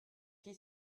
qui